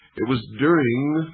it was during